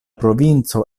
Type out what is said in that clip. provinco